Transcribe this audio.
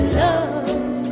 love